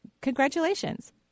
Congratulations